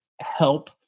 help